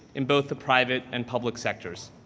in both the private and public sectors.